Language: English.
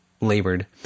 labored